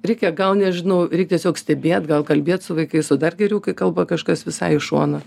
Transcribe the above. reikia gal nežinau reik tiesiog stebėt gal kalbėt su vaikais o dar geriau kai kalba kažkas visai iš šono